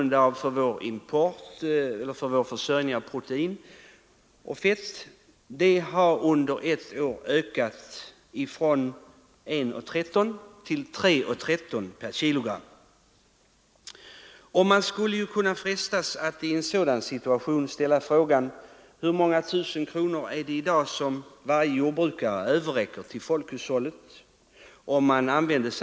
Sojamjöl, som vi är beroende av för vår försörjning med protein och fett, har under ett år ökat från 1:13 till 3:13 per kg. I en sådan situation skulle man, om man använder det uträkningssystem som jag tidigare antydde, kunna frestas att ställa frågan: Hur många tusen kronor är det som varje jordbrukare i dag överräcker till folkhushållet?